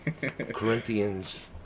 Corinthians